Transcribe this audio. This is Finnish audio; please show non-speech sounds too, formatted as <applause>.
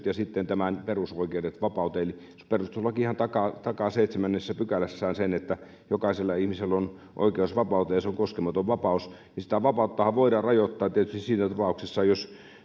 <unintelligible> ja perusoikeudet vapauteen perustuslakihan takaa takaa seitsemännessä pykälässään sen että jokaisella ihmisellä on oikeus vapauteen ja se on koskematon vapaus sitä vapauttahan voidaan rajoittaa tietysti siinä tapauksessa jos